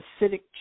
acidic